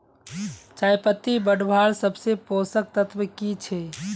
चयपत्ति बढ़वार सबसे पोषक तत्व की छे?